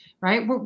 right